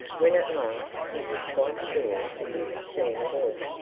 when at last you were quite sure that you had seen it all,